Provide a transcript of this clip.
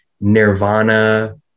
Nirvana